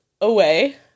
away